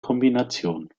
kombination